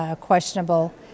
questionable